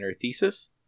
thesis